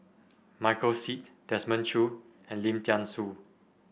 Michael Seet Desmond Choo and Lim Thean Soo